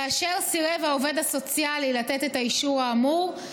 כאשר מסרב העובד הסוציאלי לתת את האישור האמור,